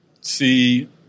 see